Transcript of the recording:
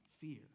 fear